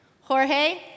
Jorge